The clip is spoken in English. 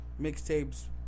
Mixtapes